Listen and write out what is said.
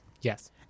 Yes